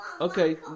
Okay